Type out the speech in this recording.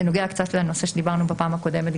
זה נוגע לנושא עליו דיברנו בפעם הקודמת,